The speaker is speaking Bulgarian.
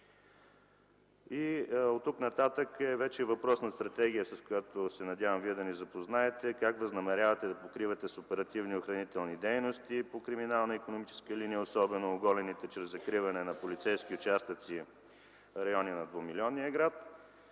Оттук нататък е вече въпрос на стратегия, с която се надявам Вие да ни запознаете, как възнамерявате да покривате с оперативни охранителни дейности, по криминално-икономическа линия особено, оголените чрез закриване на полицейски участъци райони на двумилионния град?